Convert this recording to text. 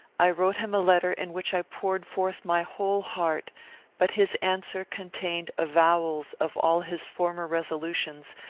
i wrote him a letter, in which i poured forth my whole heart but his answer contained avowals of all his former resolutions,